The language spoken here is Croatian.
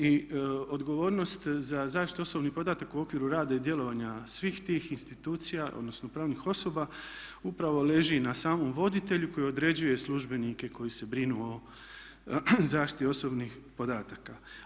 I odgovornost za zaštitu osobnih podataka u okviru rada i djelovanja svih tih institucija odnosno pravnih osoba upravo leži na samom voditelju koji određuje službenike koji se brinu o zaštiti osobnih podataka.